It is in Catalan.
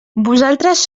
vosaltres